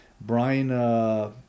Brian